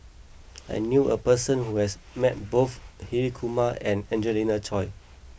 I knew a person who has met both Hri Kumar and Angelina Choy